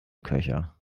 köcher